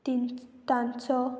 ती तांचो